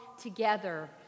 together